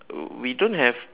we don't have